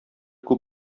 күп